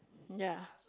ya